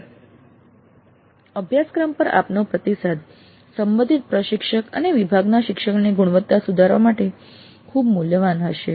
"અભ્યાસક્રમ પર આપનો પ્રતિસાદ સંબંધિત પ્રશિક્ષક અને વિભાગના શિક્ષણની ગુણવત્તા વધારવા માટે ખૂબ મૂલ્યવાન હશે